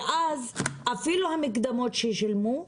ואז, אפילו המקדמות ששילמו,